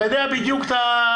אתה יודע בדיוק את הימים.